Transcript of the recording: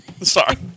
Sorry